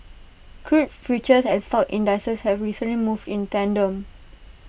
crude futures and stock indices have recently moved in tandem